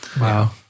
Wow